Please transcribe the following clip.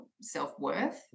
self-worth